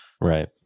Right